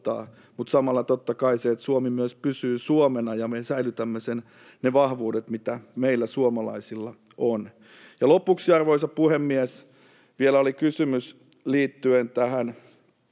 luottaa. Samalla totta kai Suomi myös pysyy Suomena ja me säilytämme ne vahvuudet, mitä meillä suomalaisilla on. Ja lopuksi, arvoisa puhemies, vielä oli kysymys liittyen tähän